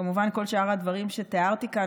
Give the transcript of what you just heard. כמובן שכל שאר הדברים שתיארתי כאן,